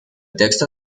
texto